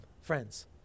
friends